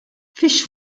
fiex